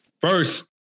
First